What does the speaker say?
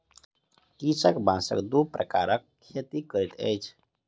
कृषक बांसक दू प्रकारक खेती करैत अछि